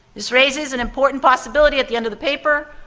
this raises an important possibility at the end of the paper,